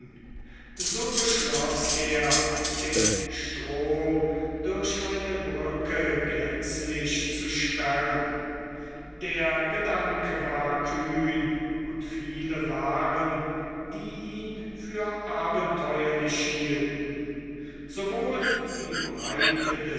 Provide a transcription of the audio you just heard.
so beschloß er den strom durch eine brücke gänzlich zu sperren der gedanke war kühn und viele waren die ihn für abenteuerlich hielten sowohl die breite